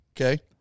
Okay